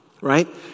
Right